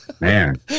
man